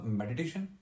meditation